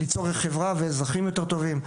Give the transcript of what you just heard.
ליצור חברה ואזרחים יותר טובים.